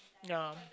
yah